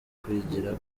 kwigira